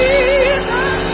Jesus